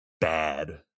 bad